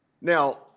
Now